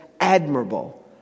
admirable